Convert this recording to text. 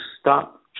stop